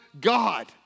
God